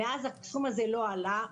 ומאז הסכום הזה לא עלה,